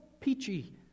peachy